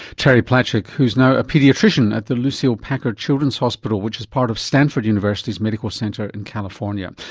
terry platchek, who is now a paediatrician at the lucile packard children's hospital, which is part of stanford university's medical centre in california.